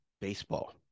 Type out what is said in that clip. Baseball